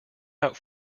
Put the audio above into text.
out